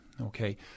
okay